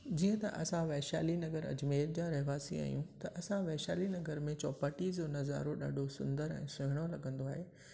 जीअं त असां वैशाली नगर अजमेर जा रहवासी आहियूं त असां वैशाली नगर में चौपाटी जो नज़ारो ॾाढो सुंदर ऐं सुहिणो लगंदो आहे